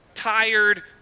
tired